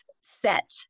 set